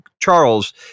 Charles